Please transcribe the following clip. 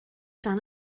dan